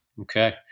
Okay